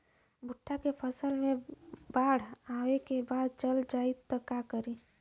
भुट्टा के फसल मे बाढ़ आवा के बाद चल जाई त का करी?